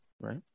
Right